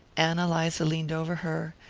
ann eliza leaned over her,